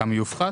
בכמה יופחת?